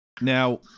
now